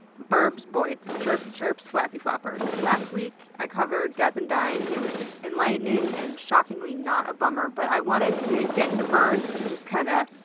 birbs, boids. chirpy-chirps. flappy-flappers. last week i covered death and dying and it was enlightening and shockingly not a bummer, but i wanted to get into birds to just kinda